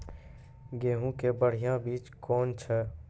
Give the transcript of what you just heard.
गेहूँ के बढ़िया बीज कौन छ?